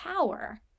power